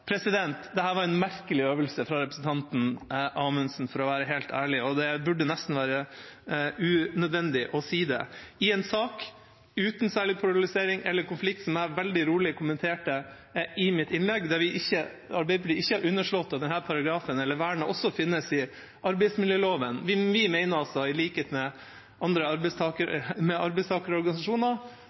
Amundsen, for å være helt ærlig, og det burde nesten være unødvendig å si det, i en sak uten særlig polarisering eller konflikt, som jeg veldig rolig kommenterte i mitt innlegg, og der Arbeiderpartiet ikke har underslått at denne paragrafen, eller vernet, også finnes i arbeidsmiljøloven. Vi mener altså, i likhet med